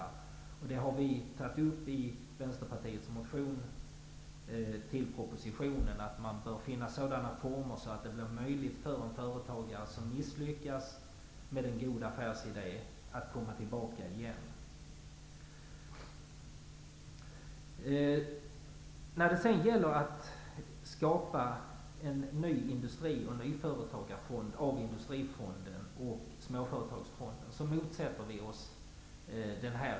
I Vänsterpartiets motion med anledning av propositionen har vi tagit upp att man bör finna sådana former att det blir möjligt för en företagare som misslyckats med en god affärsidé att komma igen. Vi motsätter oss den nya ordningen att skapa en ny Industri och nyföretagarfond av Industrifonden och Småföretagsfonden.